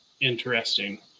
Interesting